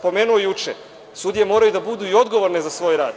Pomenuo sam juče, sudije moraju da budu i odgovorne za svoj rad.